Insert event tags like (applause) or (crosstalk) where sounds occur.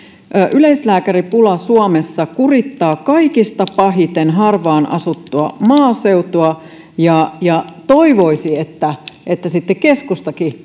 yleislääkäripula suomessa kurittaa kaikista pahiten harvaan asuttua maaseutua ja ja toivoisi että että keskustakin (unintelligible)